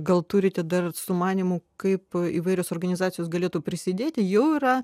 gal turite dar sumanymų kaip įvairios organizacijos galėtų prisidėti jau yra